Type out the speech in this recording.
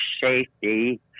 safety